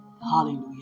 Hallelujah